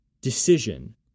decision